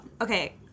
Okay